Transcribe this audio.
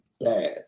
bad